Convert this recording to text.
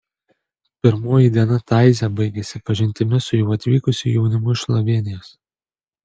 pirmoji diena taizė baigėsi pažintimi su jau atvykusiu jaunimu iš slovėnijos